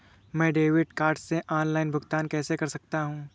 मैं debit card से online भुगतान कैसे कर सकता हूँ?